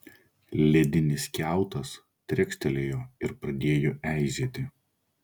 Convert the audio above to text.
ledinis kiautas trekštelėjo ir pradėjo eižėti